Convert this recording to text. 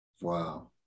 Wow